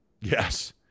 Yes